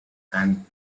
and